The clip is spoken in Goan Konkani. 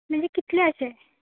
म्हणजे कितले अशे